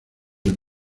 del